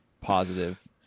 positive